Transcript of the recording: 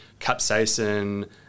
capsaicin